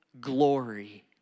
glory